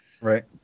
right